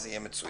זה יהיה מצוין,